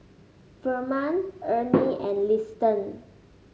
Ferman Ernie and Liston